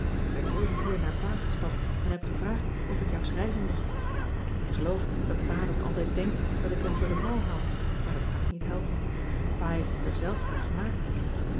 k ben heel fier naar pa gestapt en heb gevraagd of ik jou schrijven mocht ik geloof dat pa dan altijd denkt dat ik hem voor den mal houd maar dat kan ik niet helpen pa heeft het er zelf naar gemaakt